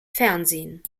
fernsehen